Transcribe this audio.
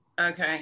Okay